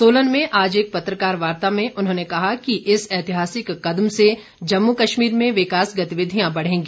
सोलन में आज एक पत्रकारवार्ता में उन्होंने कहा कि इस ऐतिहासिक कदम से जम्मू कश्मीर में विकास गतिविधियां बढ़ेंगी